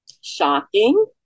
Shocking